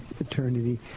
eternity